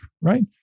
right